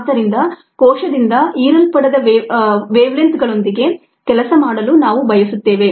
ಆದ್ದರಿಂದ ಕೋಶದಿಂದ ಹೀರಲ್ಪಡದ ವೇವಲೆಂಥ್ಗಳೊಂದಿಗೆ ಕೆಲಸ ಮಾಡಲು ನಾವು ಬಯಸುತ್ತೇವೆ